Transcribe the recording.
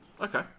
Okay